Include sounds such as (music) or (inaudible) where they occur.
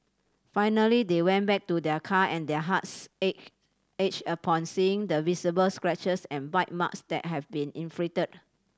finally they went back to their car and their hearts (unintelligible) ached upon seeing the visible scratches and bite marks that had been inflicted